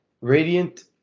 Radiant